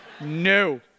No